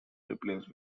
replaced